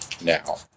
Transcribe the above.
now